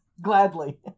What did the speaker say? Gladly